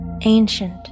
ancient